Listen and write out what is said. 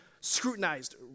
scrutinized